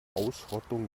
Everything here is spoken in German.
ausrottung